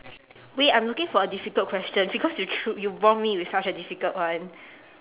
wait I'm looking for a difficult question because you thr~ you bomb me with such a difficult one